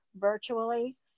virtually